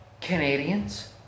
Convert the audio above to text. Canadians